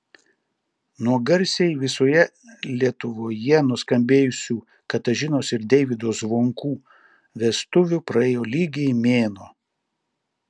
nuo garsiai visoje lietuvoje nuskambėjusių katažinos ir deivydo zvonkų vestuvių praėjo lygiai mėnuo